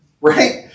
right